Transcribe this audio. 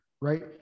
right